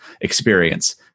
experience